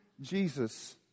Jesus